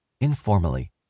Informally